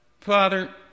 Father